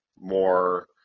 more